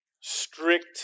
strict